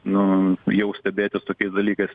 nu jau stebėtis tokiais dalykais